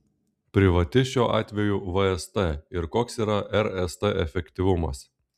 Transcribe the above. privati šiuo atveju vst ir koks yra rst efektyvumas